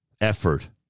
effort